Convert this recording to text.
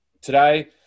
Today